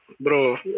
bro